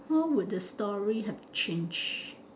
how would the story have changed